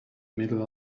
middle